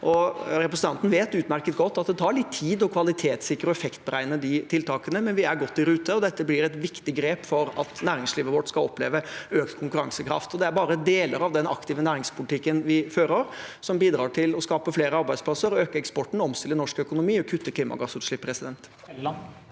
Representanten vet utmerket godt at det tar litt tid å kvalitetssikre og effektberegne de tiltakene, men vi er godt i rute. Dette blir et viktig grep for at næringslivet vårt skal oppleve økt konkurransekraft. Det er bare deler av den aktive næringspolitikken vi fører, som bidrar til å skape flere arbeidsplasser, øke eksporten, omstille norsk økonomi og kutte klimagassutslipp. Linda